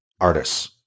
artists